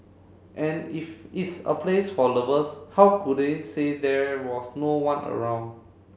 and if it's a place for lovers how could they say there was no one around